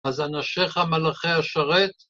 ‫אז אנשיך, מלאכי השרת...